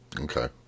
Okay